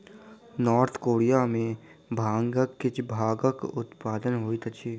north Korea में भांगक किछ भागक उत्पादन होइत अछि